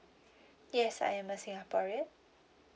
yes I'm a singaporean